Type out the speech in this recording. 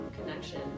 connection